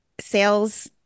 sales